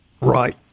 Right